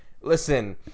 listen